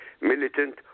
militant